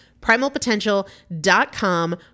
Primalpotential.com